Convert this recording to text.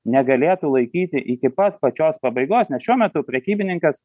negalėtų laikyti iki pat pačios pabaigos nes šiuo metu prekybininkas